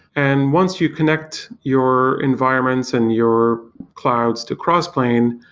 and once you connect your environments and your clouds to crossplane,